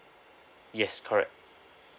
yes correct